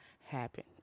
happen